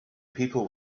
people